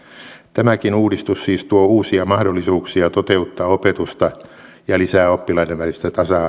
tämäkin uudistus siis tuo uusia mahdollisuuksia toteuttaa opetusta ja lisää oppilaiden välistä tasa